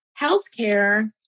healthcare